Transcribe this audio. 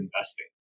investing